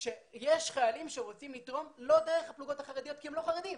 שיש חיילים שרוצים לתרום לא דרך הפלוגות החרדיות כי הם לא חרדים.